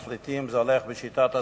כשמחליטים זה הולך בשיטת הסלאמי,